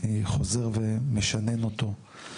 חוזר ומשנן אותו,